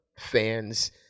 fans